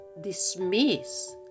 dismiss